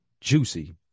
juicy